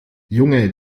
junge